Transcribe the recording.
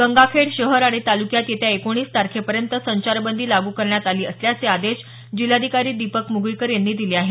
गंगाखेड शहर आणि तालुक्यात येत्या एकोणीस तारखेपर्यंत संचारबंदी लागू करण्यात आली असल्याचे आदेश जिल्हाधिकारी दीपक म्गळीकर यांनी दिले आहेत